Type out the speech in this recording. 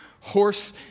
Horse